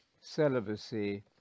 celibacy